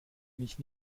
mich